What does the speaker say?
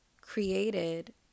created